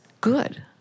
good